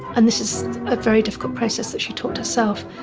and this is a very difficult practice that she taught herself,